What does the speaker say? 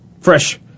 fresh